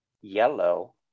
yellow